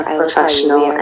professional